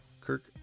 Kirk